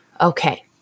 Okay